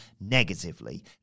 negatively